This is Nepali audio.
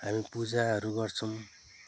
हामी पूजाहरू गर्छौँ